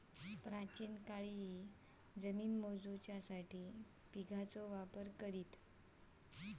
प्राचीन काळीही जमिनी मोजूसाठी बिघाचो वापर करत